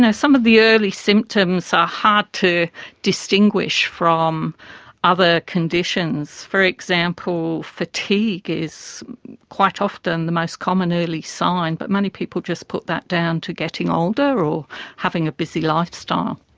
some of the early symptoms are hard to distinguish from other conditions. for example, fatigue is quite often the most common early sign, but many people just put that down to getting older or having a busy lifestyle.